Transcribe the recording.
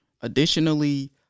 Additionally